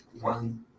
one